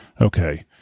Okay